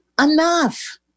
enough